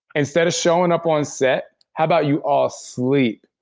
instead of showing up on set, how about you all sleep.